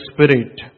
Spirit